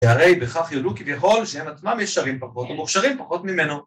‫והרי בכך ידעו כביכול שהם עצמם ‫ישרים פחות או מוכשרים פחות ממנו.